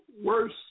worse